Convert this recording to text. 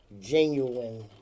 genuine